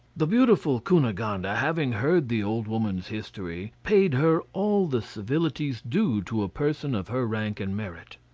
the beautiful cunegonde ah having heard the old woman's history, paid her all the civilities due to a person of her rank and merit.